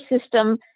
system